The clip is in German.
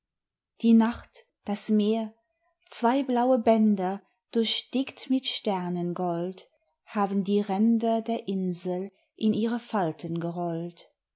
die nacht das meer zwei blaue bänder durchstickt mit sternengold haben die ränder der insel in ihre falten gerollt